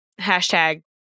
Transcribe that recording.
hashtag